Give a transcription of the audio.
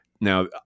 now